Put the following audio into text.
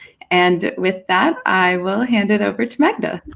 and with that, i will hand and over to magda.